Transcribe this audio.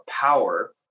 power